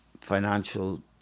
financial